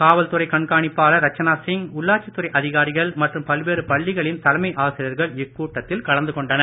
காவல்துறை கண்காணிப்பாளர் ரச்சனா சிங் உள்ளாட்சித் துறை அதிகாரிகள் மற்றும் பல்வேறு பள்ளிகளின் தலைமை ஆசிரியர்கள் இக்கூட்டத்தில் கலந்து கொண்டனர்